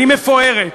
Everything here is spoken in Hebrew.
והיא מפוארת,